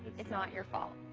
it's not your fault.